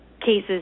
cases